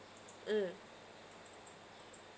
mm